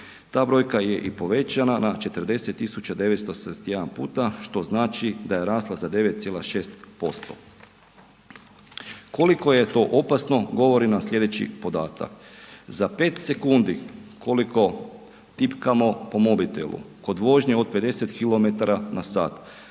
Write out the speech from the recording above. ta brojka je i povećana na 40 971 puta što znači da je rasla za 9,6%. Koliko je to opasno govorim nam slijedeći podatak, za 5 sekundi koliko tipkamo po mobitelu kod vožnje od 50 km/h